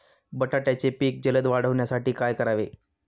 बटाट्याचे पीक जलद वाढवण्यासाठी काय करावे?